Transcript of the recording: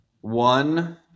one